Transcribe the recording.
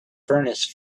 furnace